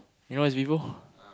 you know where's Vivo